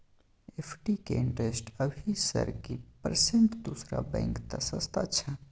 FD के interest अभी sir की परसेंट दूसरा बैंक त सस्ता छः?